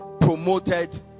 promoted